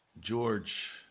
George